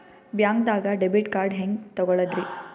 ಬ್ಯಾಂಕ್ದಾಗ debit card ಹೆಂಗ್ ತಗೊಳದ್ರಿ?